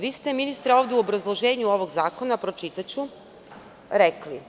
Vi ste, ministre, ovde u obrazloženju ovog zakona, pročitaću, rekli –